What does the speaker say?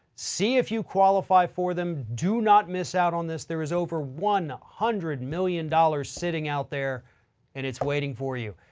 see if you qualify for them. do not miss out on this. there is over one hundred million dollars sitting out there and it's waiting for you.